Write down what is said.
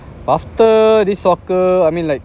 after this soccer I mean like